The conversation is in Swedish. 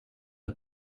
att